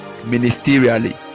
ministerially